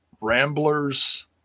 Ramblers